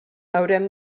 haurem